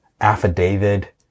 affidavit